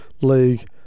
league